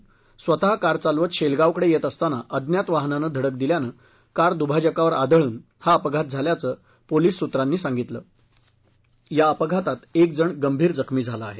गाडेकर जालन्याहून स्वत कार चालवत शेलगावकडे येत असताना अज्ञात वाहनानं धडक दिल्यामुळं कार दुभाजकावर आदळून हा अपघात झाल्याचं पोलीस सूत्रांनी सांगितलं या अपघातात एकजण गंभीर जखमी झाला आहे